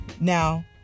now